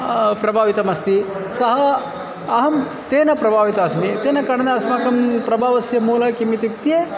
प्रभावितमस्ति सः अहं तेन प्रभावितोस्मि तेन करणेन अस्माकं प्रभावस्य मूलं किम् इत्युक्त्ये